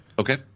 Okay